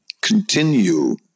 continue